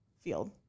field